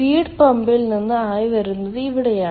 feed പമ്പിൽ നിന്ന് ആവി വരുന്നത് ഇവിടെയാണ്